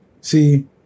See